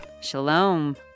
Shalom